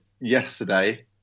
yesterday